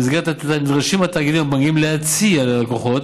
במסגרת הטיוטה נדרשים התאגידים הבנקאיים להציע ללקוחות